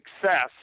success